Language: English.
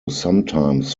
sometimes